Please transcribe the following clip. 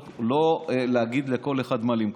לא להגיד לכל אחת מה למכור.